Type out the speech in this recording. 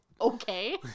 Okay